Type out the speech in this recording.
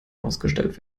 ausgestellt